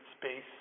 space